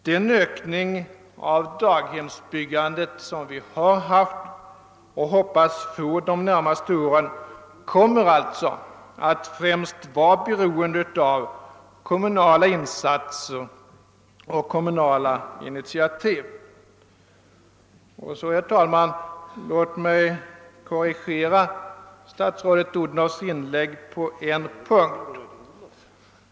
Den ökning av daghemsbyggandet som vi har haft och hoppas få inom de närmaste åren kommer alltså främst att vara beroende av kommunala insatser och kommunala initiativ. Låt mig så, herr talman, få korrigera statsrådet Odhnoff på en punkt.